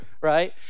right